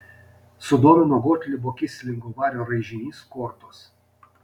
sudomino gotlibo kislingo vario raižinys kortos